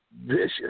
vicious